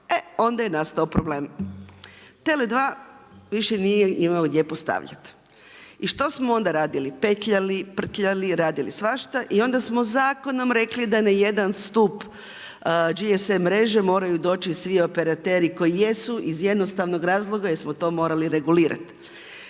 e onda je nastao problem. TELE 2, više nije imao gdje postaviti. I što smo onda radili? Petljali, prtljali, radili svašta i onda smo zakonom rekli, da na jedan stup, GSM mreže moraju doći svi operateri koji jesi iz jednostavnog razloga jer smo to morali regulirati.